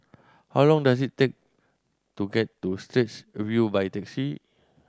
how long does it take to get to Straits View by taxi